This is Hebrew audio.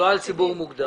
לא על ציבור מוגדר.